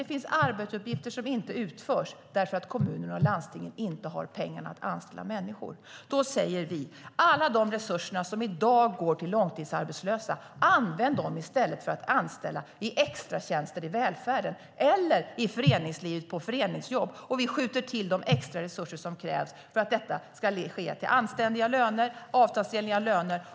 Det finns arbetsuppgifter som inte utförs därför att kommunerna och landstingen inte har pengar för att anställa människor. Då säger vi: Använd alla de resurser som i dag går till långtidsarbetslösa till att anställa i extratjänster i välfärden eller i föreningsjobb i föreningslivet! Och vi skjuter till de extra resurser som krävs för att detta ska ske till anständiga löner, avtalsenliga löner.